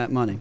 that money